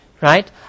Right